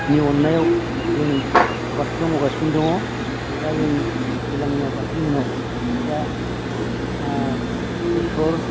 नि अननायाव जों आबादखौ मावगासिनो दङ नै दा जोङो दैज्लांनि आबादनि उनाव नै दा बेसर